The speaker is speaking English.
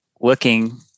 Looking